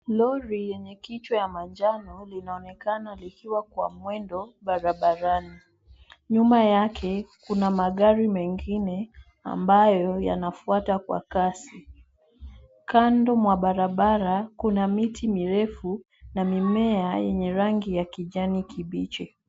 Lori yenye kichwa ya manjano linaonekana likiwa kwa mwendo barabarani. Nyuma yake kuna magari mengine ambayo yanafuata kwa kasi. Kando mwa barabara kuna miti mirefu na mimea yenye rangi ya kijani kibichi.